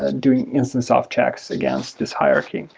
ah doing instant soft checks against this higher key.